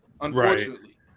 unfortunately